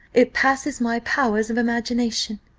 it passes my powers of imagination.